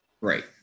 Right